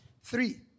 Three